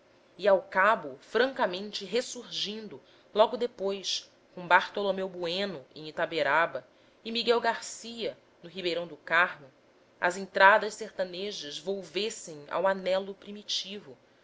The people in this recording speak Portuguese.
e ao cabo francamente ressurgindo logo depois com bartolomeu bueno em itaberaba e miguel garcia no ribeirão do carmo as entradas sertanejas volvessem ao anelo primitivo